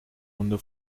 runde